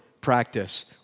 practice